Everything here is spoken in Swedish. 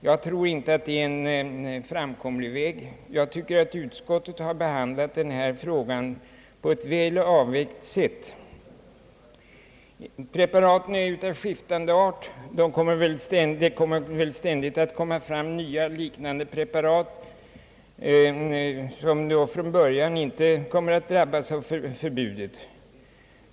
Jag tror inte att det är en framkomlig väg. Jag tycker att utskottet har behandlat denna fråga på ett väl avvägt sätt. Preparaten är av skiftande art. Det kommer väl ständigt att produceras nya liknande preparat, som från början inte kommer att drabbas av förbudet.